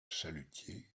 chalutiers